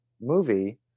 movie